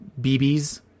bb's